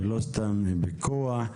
לא סתם פיקוח.